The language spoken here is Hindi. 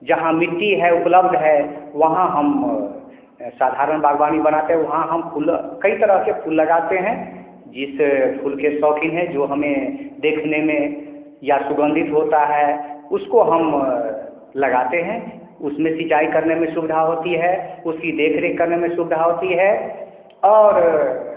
जहाँ मिट्टी है उपलब्ध है वहाँ हम साधारण बागवानी बनाते वहाँ हम फूल कई तरह के फूल लगाते हैं जिस फूल के शौकीन है जो हमें देखने में या सुगन्धित होता है उसको हम लगाते हैं उसमें सिचाई करने में सुविधा होती है उसकी देख रेख करने में सुविधा होती है और